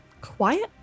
quiet